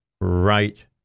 right